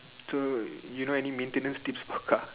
so you know any maintenance tips for car